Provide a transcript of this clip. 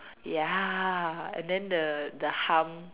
ya and then the the hum